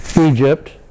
Egypt